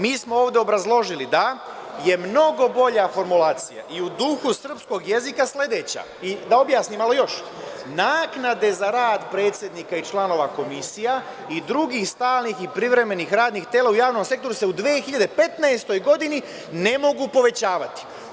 Mi smo ovde obrazložili da je mnogo bolja formulacija i u duhu srpskog jezika sledeća: „Naknade za rad predsednika i članova komisija i drugih stalnih i privremenih radnih tela u javnom sektoru se u 2015. godini ne mogu povećavati“